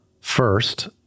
first